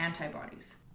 antibodies